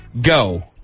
Go